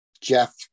Jeff